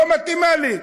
לא מתאימה לי.